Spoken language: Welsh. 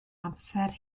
amser